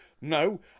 No